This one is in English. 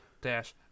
dash